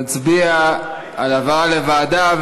נצביע על העברה לוועדה,